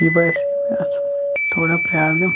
یہِ باسے مےٚ اَتھ تھوڑا پرٛابلِم